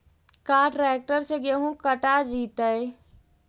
का ट्रैक्टर से गेहूं कटा जितै?